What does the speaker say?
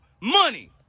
money